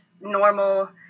normal